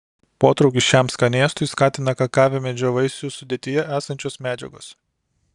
potraukį šiam skanėstui skatina kakavmedžio vaisių sudėtyje esančios medžiagos